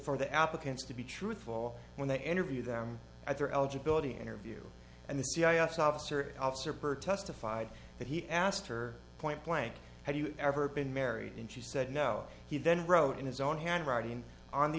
for the applicants to be truthful when they enter view them at their eligibility interview and the c i s officer officer bird testified that he asked her point blank have you ever been married and she said no he then wrote in his own handwriting on the